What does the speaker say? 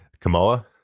Kamoa